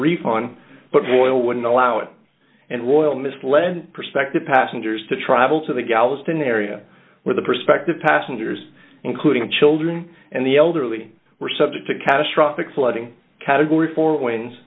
refund but boy wouldn't allow it and will miss len perspective passengers to travel to the galveston area where the prospective passengers including children and the elderly were subject to catastrophic flooding category four win